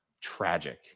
tragic